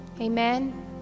amen